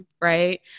Right